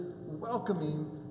welcoming